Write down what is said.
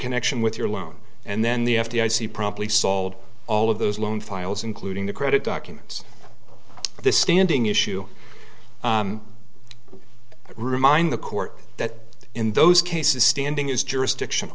connection with your loan and then the f d i c promptly sold all of those loan files including the credit documents the standing issue remind the court that in those cases standing is jurisdiction